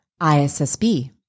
ISSB